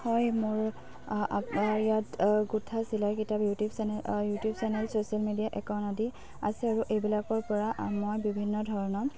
হয় মোৰ আপাৰ ইয়াত গোঁঠা চিলাইৰ কিতাপ YouTube channel YouTube channel social media account আদি আছে আৰু এইবিলাকৰ পৰা মই বিভিন্ন ধৰণৰ